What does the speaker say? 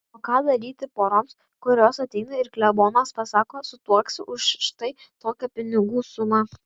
o ką daryti poroms kurios ateina ir klebonas pasako sutuoksiu už štai tokią pinigų sumą